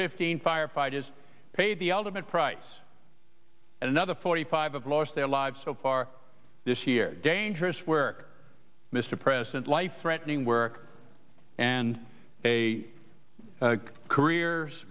fifteen firefighters paid the ultimate price and another forty five have lost their lives so far this year dangerous work mr president life threatening work and a career